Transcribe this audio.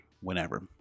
whenever